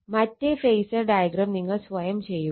മറ്റെ phasor diagram നിങ്ങൾ സ്വയം ചെയ്യുക